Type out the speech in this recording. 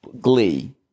Glee